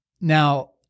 Now